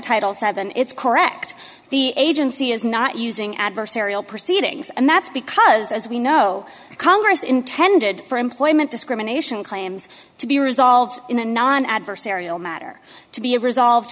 title seven it's correct the agency is not using adversarial proceedings and that's because as we know congress intended for employment discrimination claims to be resolved in a non adversarial matter to be resolved